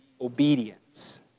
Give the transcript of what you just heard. obedience